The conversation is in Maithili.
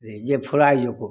जे जे फुराय जो खो